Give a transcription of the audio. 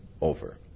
over